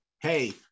hey